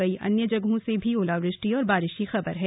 कई अन्य जगहों से भी ओलावृष्टि और बारिश की खबर है